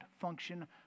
function